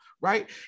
right